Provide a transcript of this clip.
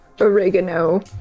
oregano